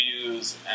views